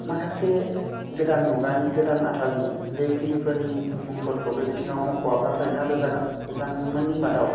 माखासे गोदान मुगानि गोदान आथालनि लिरगिरिफोरनि मुंफोरखौ बे बिथिङाव मख'वाब्ला थारैनो आद्रा जागोन बिथांमोननि मादाव